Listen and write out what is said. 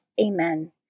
Amen